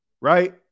right